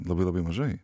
labai labai mažai